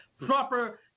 proper